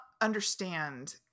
understand